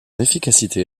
efficacité